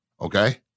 okay